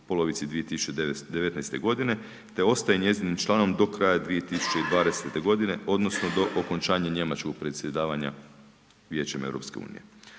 polovici 2019. godine te ostaje njezinim članom do kraja 2020. godine odnosno do okončanja njemačkog predsjedavanja Vijećem EU.